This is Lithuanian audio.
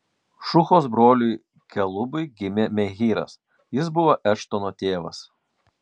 šuhos broliui kelubui gimė mehyras jis buvo eštono tėvas